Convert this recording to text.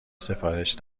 سفارش